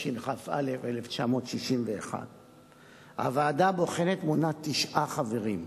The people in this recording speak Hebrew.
התשכ"א 1961. הוועדה הבוחנת מונה תשעה חברים: